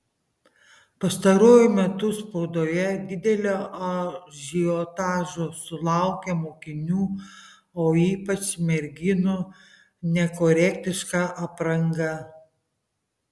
pastaruoju metu spaudoje didelio ažiotažo sulaukia mokinių o ypač merginų nekorektiška apranga